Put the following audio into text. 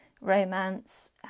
romance